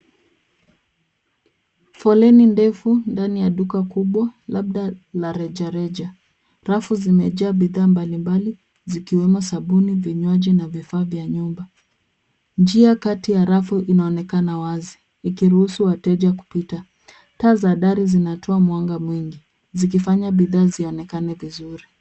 Foleni ndefu ndani ya duka kubwa, labda la rejareja. Rafu zimejaa bidhaa mbalimbali zikiwemo sabuni, vinywaji na vifaa vya nyumba. Njia kati ya rafu inaonekana wazi ikiruhusu wateja kupita. Taa za dari zinatoa mwanga mwingi zikifanya bidhaa zionekane vizuri.